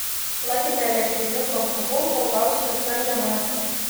plakite elektriniu plaktuvu kol gausite standžią masę